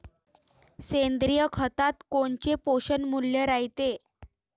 सेंद्रिय खतात कोनचे पोषनमूल्य रायते?